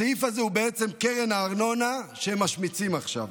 הסעיף הזה הוא בעצם קרן הארנונה שהם משמיצים עכשיו.